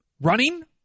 running